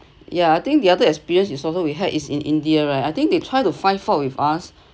yeah I think the other experience is also we had is in india right I think they try to find fault with us